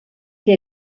que